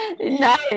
Nice